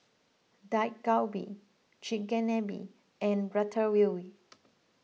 Dak Galbi Chigenabe and Ratatouille